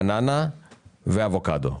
בננה ואבוקדו.